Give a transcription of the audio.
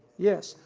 yes.